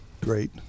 Great